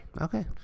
Okay